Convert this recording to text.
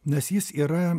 nes jis yra